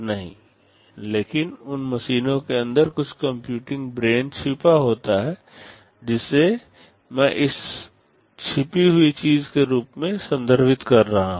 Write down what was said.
नहीं लेकिन उन मशीनों के अंदर कुछ कंप्यूटिंग ब्रेन छिपा होता है जिसे मैं इस छुपी हुई चीज के रूप में संदर्भित कर रहा हूं